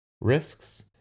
risks